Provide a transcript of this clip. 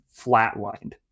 flatlined